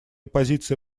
позиция